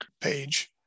page